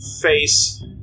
face